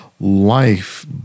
life